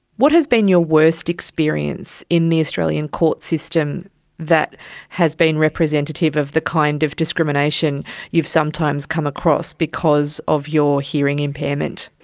what has been your worst experience in the australian court system that has been representative of the kind of discrimination you have sometimes come across because of your hearing impairment?